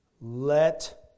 Let